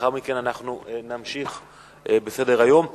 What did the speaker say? ולאחר מכן נמשיך בסדר-היום.